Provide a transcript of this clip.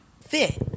fit